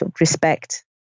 respect